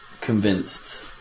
convinced